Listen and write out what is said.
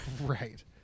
Right